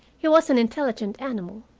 he was an intelligent animal,